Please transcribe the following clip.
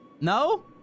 No